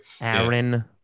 Aaron